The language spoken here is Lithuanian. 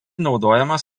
naudojamas